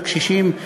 לקשישים.